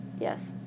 yes